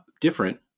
different